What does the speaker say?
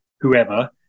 whoever